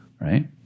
Right